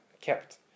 kept